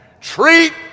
Treat